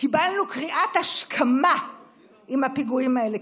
קיבלנו קריאת השכמה עם הפיגועים האלה.